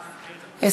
בבקשה.